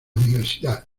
universidad